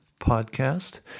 podcast